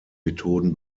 methoden